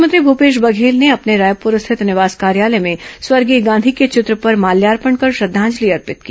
मुख्यमंत्री भूपेश बघेल ने अपने रायपुर स्थित निवास कार्यालय में स्वर्गीय गांधी के चित्र पर मार्ल्यापण कर श्रद्धांजलि अर्पित की